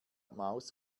maus